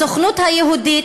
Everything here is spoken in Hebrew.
הסוכנות היהודית,